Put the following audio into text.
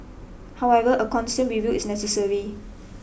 however a constant review is necessary